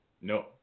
No